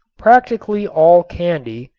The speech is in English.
practically all candy,